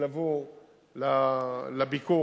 התלוו לביקור